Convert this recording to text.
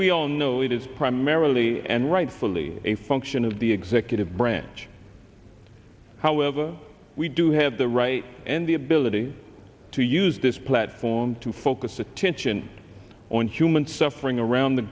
we all know it is primarily and rightfully a function of the executive branch however we do have the right and the ability to use this platform to focus attention on human suffering around the